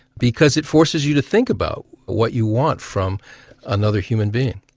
because it forces you to think about what you want from another human being.